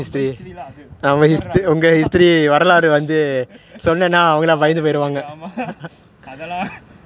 நம்ம history யாருக்கு தெரியும் அதலான்:yaarukku teriyum athalaan